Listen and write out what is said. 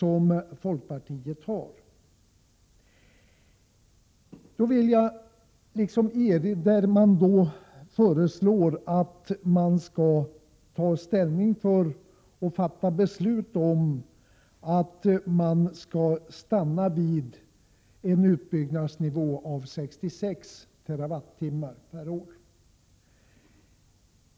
I reservationen föreslås att riksdagen skall ta ställning för och fatta beslut om att vi i Sverige skall stanna för en utbyggnadsnivå på 66 TWh per år.